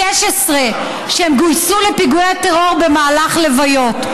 16, שגויסו לפיגועי טרור במהלך לוויות.